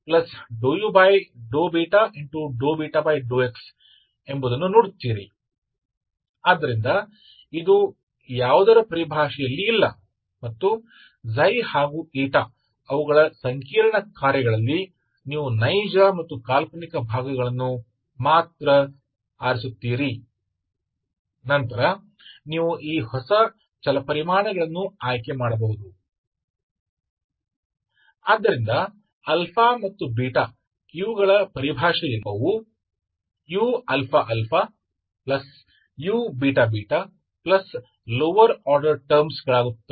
फिर आप यह देखने की कोशिश करते हैं कि आपका ux क्या हैux∂u∂α∂α∂x∂u∂β∂β∂xतो यह वह है जो और और उनके जटिल कार्यों के संदर्भ में नहीं है आप केवल वास्तविक और काल्पनिक भागों को चुनते हैं प्रत्येक और किसी का और ठीक है तो आप इन नए चरों को और के रूप में चुन सकते हैं